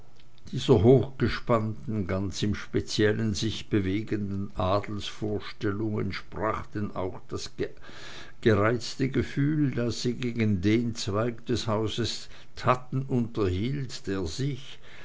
dieser hochgespannten ganz im speziellen sich bewegenden adelsvorstellung entsprach denn auch das gereizte gefühl das sie gegen den zweig des hauses thadden unterhielt der sich